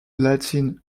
latin